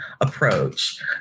approach